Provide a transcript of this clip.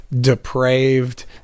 depraved